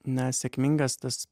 na sėkmingas tas